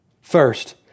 First